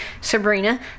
sabrina